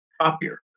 copier